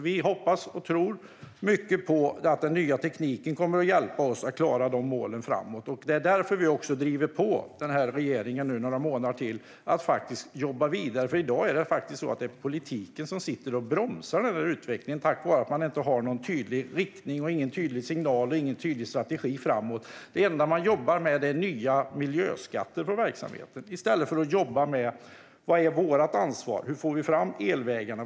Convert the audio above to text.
Vi hoppas och tror mycket på att den nya tekniken kommer att hjälpa oss att klara målen framåt. Det är därför vi driver på regeringen några månader till så att den jobbar vidare. I dag är det politiken som sitter och bromsar utvecklingen därför att man inte har någon tydlig riktning, signal eller strategi framåt. Det enda man jobbar med är nya miljöskatter från verksamheten i stället för att jobba med: Vad är vårt ansvar? Hur får vi fram elvägarna?